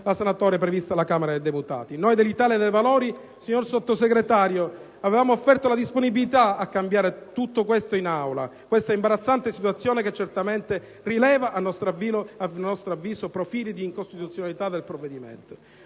la sanatoria prevista alla Camera dei deputati. Noi dell'Italia dei Valori, signor Sottosegretario, avevamo offerto la disponibilità a cambiare durante l'esame in Aula questa imbarazzante situazione che certamente evidenzia profili di incostituzionalità del provvedimento.